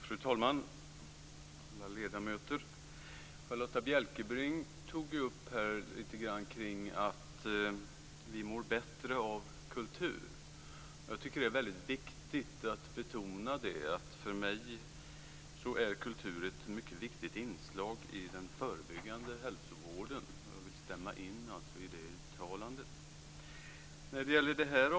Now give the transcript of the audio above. Fru talman och ärade ledamöter! Charlotta Bjälkebring sade här lite grann om att vi mår bättre av kultur. Jag tycker att det är viktigt att betona det. För mig är kultur ett mycket viktigt inslag i den förebyggande hälsovården. Jag instämmer alltså i gjorda uttalande.